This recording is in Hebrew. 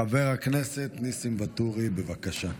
חבר הכנסת ניסים ואטורי, בבקשה.